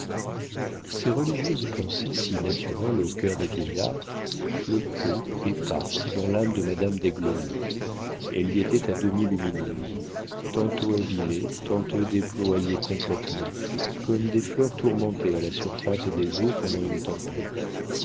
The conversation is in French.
ces religieuses pensées si naturelles au cœur des vieillards flottaient éparses dans l'âme de madame d'aiglemont elles y étaient à demi lumineuses tantôt abîmées tantôt déployées complétement comme des fleurs tourmentées à la surface des eaux pendant une tempête